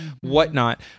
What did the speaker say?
whatnot